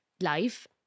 life